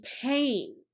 pain